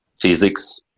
physics